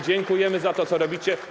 Dziękujemy za to, co robicie.